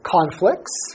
Conflicts